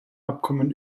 abkommen